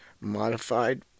modified